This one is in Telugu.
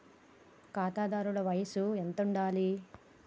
ఖాతాదారుల వయసు ఎంతుండాలి?